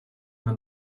man